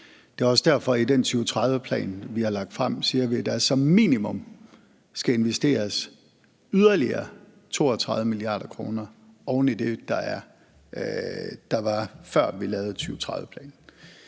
Det er også derfor, at vi i den 2030-plan, vi har lagt frem, siger, at der som minimum skal investeres yderligere 32 mia. kr. oven i det, der var sat af, før vi lavede 2030-planen.